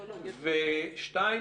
ושתיים,